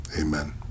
Amen